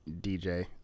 DJ